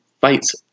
fights